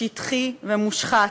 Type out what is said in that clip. שטחי ומושחת.